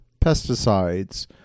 pesticides